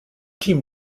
team